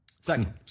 second